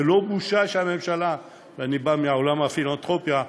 זו לא בושה שהממשלה, ואני בא מעולם הפילנתרופיה,